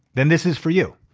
then this is for you.